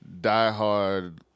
diehard